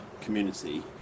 community